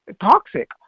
toxic